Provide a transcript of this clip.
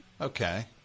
Okay